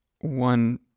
one